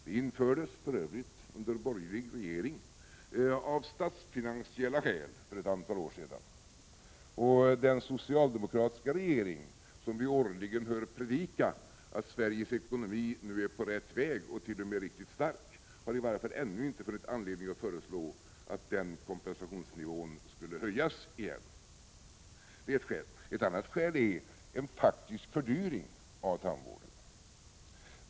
Denna lägre kompensation infördes av den borgerliga regeringen av statsfinansiella skäl för ett antal år sedan. Den socialdemokratiska regeringen, som vi årligen hör predika att Sveriges ekonomi nu är på rätt väg och t.o.m. riktigt stark, har i varje fall ännu inte funnit anledning att föreslå att denna kompensationsnivå skall höjas igen. Det är ett skäl. Ett annat skäl är en faktisk fördyring av tandvården.